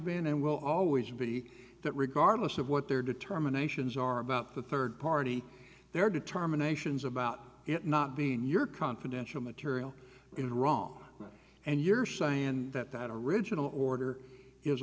been and will always be that regardless of what their determinations are about a third party there are determinations about it not being your confidential material in wrong and you're saying that that original order